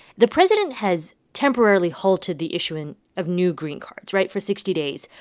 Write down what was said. the president has temporarily halted the issuing of new green cards right? for sixty days.